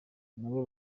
nabo